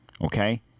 Okay